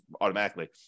automatically